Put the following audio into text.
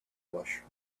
plush